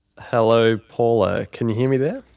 hello paula, can you hear me there?